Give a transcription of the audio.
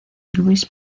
luis